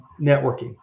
networking